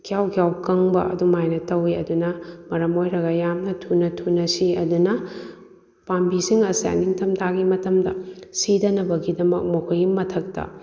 ꯈꯤꯌꯥꯎ ꯈꯤꯌꯥꯎ ꯀꯪꯕ ꯑꯗꯨꯃꯥꯏꯅ ꯇꯧꯋꯤ ꯑꯗꯨꯅ ꯃꯔꯝ ꯑꯣꯏꯔꯒ ꯌꯥꯝꯅ ꯊꯨꯅ ꯊꯨꯅ ꯁꯤ ꯑꯗꯨꯅ ꯄꯥꯝꯕꯤꯁꯤꯡ ꯑꯁꯦ ꯅꯤꯡꯊꯝꯊꯥꯒꯤ ꯃꯇꯝꯗ ꯁꯤꯗꯅꯕꯒꯤꯗꯃꯛ ꯃꯈꯣꯏꯒꯤ ꯃꯊꯛꯇ